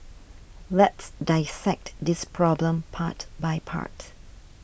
let's dissect this problem part by part